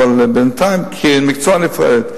כמקצוע נפרד.